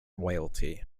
royalty